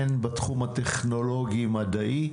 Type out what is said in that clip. הן בתחום הטכנולוגי מדעי,